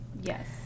yes